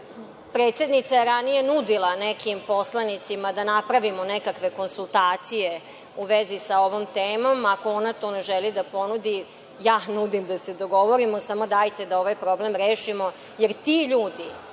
zastareo. Predsednica je ranije nudila nekim poslanicima da napravimo nekakve konsultacije u vezi sa ovom temom. Ako ona to ne želi da ponudi, ja nudim da se dogovorimo, ali samo dajte da ovaj problem rešimo, jer ti ljudi